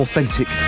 Authentic